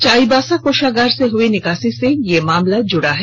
चाईबासा कोषागार से हुई निकासी से यह मामला जुड़ा है